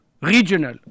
regional